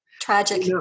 Tragic